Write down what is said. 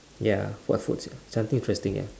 ya what food sia something interesting ya